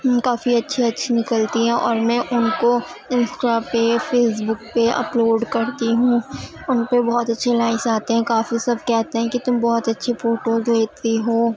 کافی اچھے اچھے نکلتی ہیں اور میں ان کو انسٹا پہ فیس بک پہ اپلوڈ کرتی ہوں ان پہ بہت اچھے لائکس آتے ہیں کافی سب کہتے ہیں کہ تم بہت اچھی فوٹوز دیتی ہو